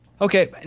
Okay